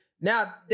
Now